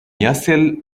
يصل